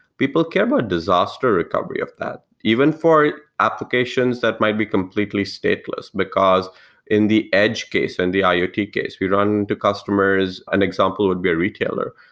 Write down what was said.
people care about disaster recovery of that, even for applications that might be completely stateless, because in the edge case and the ah iot case, we run to customers. an example would be a retailer,